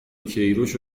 کیروش